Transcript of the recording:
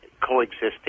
coexisting